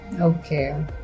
Okay